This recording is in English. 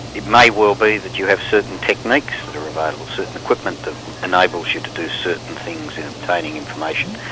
it may well be that you have certain techniques that are available, certain equipment that enables you to do certain things in obtaining information,